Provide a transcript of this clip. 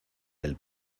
del